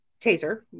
Taser